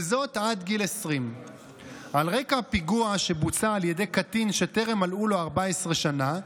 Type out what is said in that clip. וזאת עד גיל 20. על רקע פיגוע שבוצע על ידי קטין שטרם מלאו לו 14 שנה,